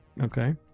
Okay